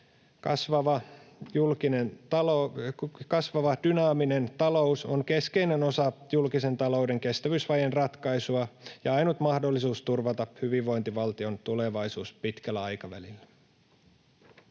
kasvava dynaaminen talous ovat keskeinen osa julkisen talouden kestävyysvajeen ratkaisua ja ainut mahdollisuus turvata hyvinvointivaltion tulevaisuus pitkällä aikavälillä.